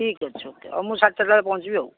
ଠିକ୍ ଅଛି ଓକେ ଆଉ ମୁଁ ସାତଟାରେ ପହଞ୍ଚିବି ଆଉ